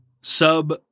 sub